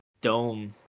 dome